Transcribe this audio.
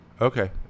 okay